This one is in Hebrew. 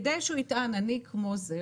כדי שהוא יטען אני כמו זה,